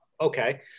okay